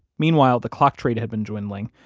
meanwhile, the clock trade had been dwindling,